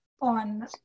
on